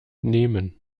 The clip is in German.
nehmen